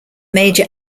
major